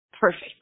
Perfect